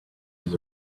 his